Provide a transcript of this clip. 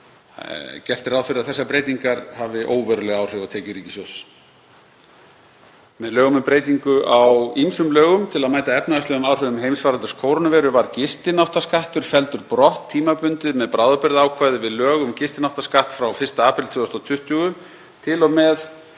Gert er ráð fyrir að þessar breytingar hafi óveruleg áhrif á tekjur ríkissjóðs. Með lögum um breytingu á ýmsum lögum til að mæta efnahagslegum áhrifum heimsfaraldurs kórónuveiru var gistináttaskattur felldur brott tímabundið með bráðabirgðaákvæði við lög um gistináttaskatt frá 1. apríl 2020 til og með